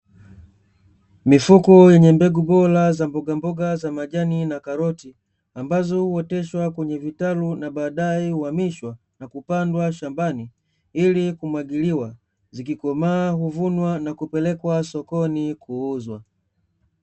Mifuko yenye mbegu bora za mbogamboga za majani na karoti, ambazo huoteshwa kwenye vitalu na baadaye huhamishwa, na kupandwa shambani ili kumwagiliwa, zikikomaa huvunwa na kupelekwa sokoni kuuzwa.